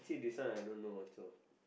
this one I don't know also